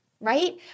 Right